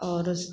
आओर